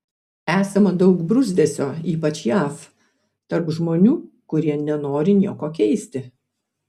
esama daug bruzdesio ypač jav tarp žmonių kurie nenori nieko keisti